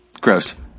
Gross